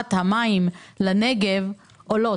הבאת המים לנגב עולות.